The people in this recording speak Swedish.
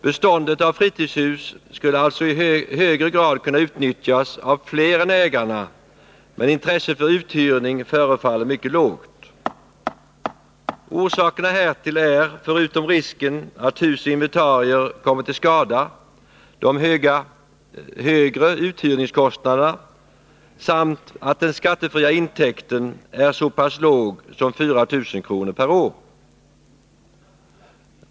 Beståndet av fritidshus skulle alltså i högre grad kunna utnyttjas av fler än ägarna, men intresset för uthyrning förefaller mycket lågt. Orsakerna härtill är, förutom risken för att hus och inventarier kommer till skada och högre uthyrningskostnader, att den skattefria intäkten är så pass låg som 4 000 kr. per år.